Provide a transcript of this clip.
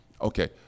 okay